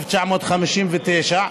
1959,